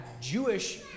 Jewish